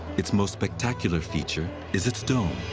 its most spectacular feature is its dome.